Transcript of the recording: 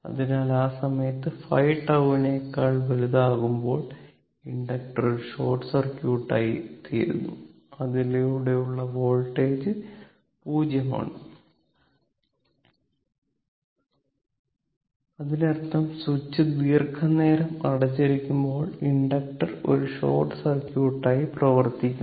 അതിനാൽ ആ സമയത്ത് 5τ നേക്കാൾ വലുതാകുമ്പോൾ ഇൻഡക്ടർ ഒരു ഷോർട്ട് സർക്യൂട്ട് ആയിത്തീരുന്നു അതിലൂടെയുള്ള വോൾട്ടേജ് 0 ആണ് അതിനർത്ഥം സ്വിച്ച് ദീർഘനേരം അടച്ചിരിക്കുമ്പോൾ ഇൻഡക്ടർ ഒരു ഷോർട്ട് സർക്യൂട്ടായി പ്രവർത്തിക്കുന്നു